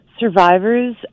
Survivors